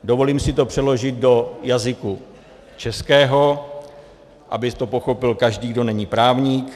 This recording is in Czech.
Dovolím si to přeložit do jazyka českého, aby to pochopil každý, kdo není právník.